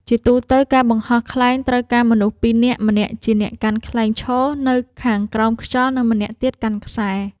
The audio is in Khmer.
ជាទូទៅ ការបង្ហោះខ្លែងត្រូវការមនុស្សពីរនាក់ ម្នាក់ជាអ្នកកាន់ខ្លែងឈរនៅខាងក្រោមខ្យល់ និងម្នាក់ទៀតកាន់ខ្សែ។